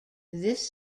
this